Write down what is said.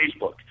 Facebook